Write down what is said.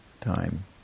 time